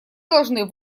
должны